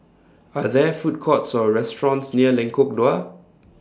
Are There Food Courts Or restaurants near Lengkok Dua